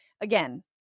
again